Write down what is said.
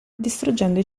distruggendo